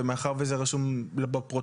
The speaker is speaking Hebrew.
ומאחר וזה רשום בפרוטוקול,